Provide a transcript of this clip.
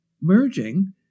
merging